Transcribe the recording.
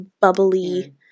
bubbly